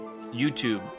YouTube